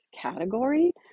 category